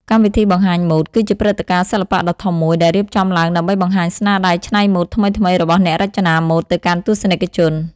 កម្មវិធីបង្ហាញម៉ូដ គឺជាព្រឹត្តិការណ៍សិល្បៈដ៏ធំមួយដែលរៀបចំឡើងដើម្បីបង្ហាញស្នាដៃច្នៃម៉ូដថ្មីៗរបស់អ្នករចនាម៉ូដ ទៅកាន់ទស្សនិកជន។